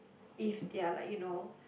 if they're like you know